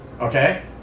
okay